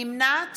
נמנעת